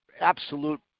absolute